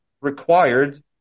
required